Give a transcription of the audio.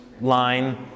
line